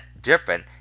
different